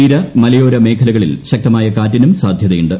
തീര മലയോര മേഖലകളിൽ ശക്തമായ കാറ്റിനും സാധ്യതയുണ്ട്